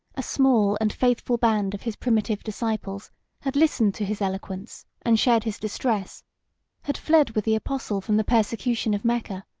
a small and faithful band of his primitive disciples had listened to his eloquence, and shared his distress had fled with the apostle from the persecution of mecca,